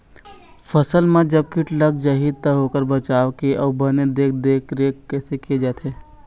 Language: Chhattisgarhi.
फसल मा जब कीट लग जाही ता ओकर बचाव के अउ बने देख देख रेख कैसे किया जाथे?